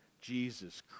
Jesus